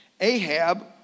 Ahab